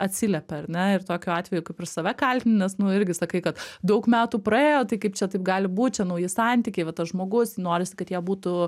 atsiliepia ar ne ir tokiu atveju ir save kaltini nes nu irgi sakai kad daug metų praėjo tai kaip čia taip gali būt čia nauji santykiai va tas žmogus norisi kad jie būtų